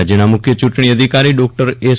રાજ્યના મુખ્ય ચૂંટજી અધિકારી ડોક્ટર એસ